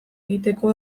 egiteko